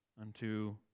unto